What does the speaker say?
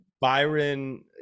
byron